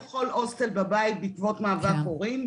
(הפרעות בשידור הזום) לכל הוסטל בבית בעקבות מאבק הורים.